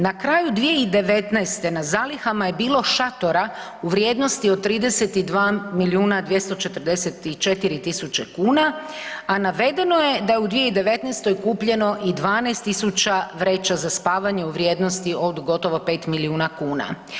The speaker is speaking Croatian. Na kraju 2019. na zalihama je bilo šatora u vrijednosti od 32 milijuna 244 tisuće kuna, a navedeno je da je u 2019. kupljeno i 12000 vreća za spavanje u vrijednosti od gotovo pet milijuna kuna.